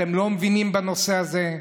אתם לא מבינים בנושא הזה.